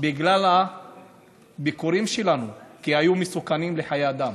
בגלל הביקורים שלנו, כי היו מסוכנים לחיי אדם,